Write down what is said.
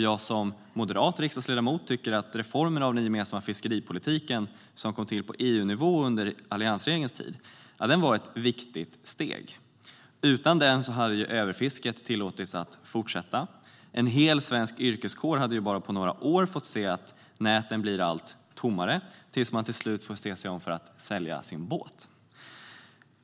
Jag som moderat riksdagsledamot tycker att reformen av den gemensamma fiskeripolitiken som kom till på EU-nivå under alliansregeringens tid var ett viktigt steg. Utan den hade överfisket tillåtits fortsätta. En hel svensk yrkeskår hade på bara några år fått se näten bli allt tommare tills man till slut skulle ha fått se sig om för att sälja sin båt.